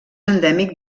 endèmic